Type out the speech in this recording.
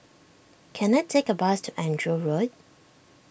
can I take a bus to Andrew Road